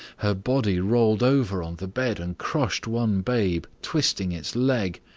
her body rolled over on the bed and crushed one babe, twisting its leg.